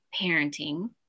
parenting